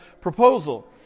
proposal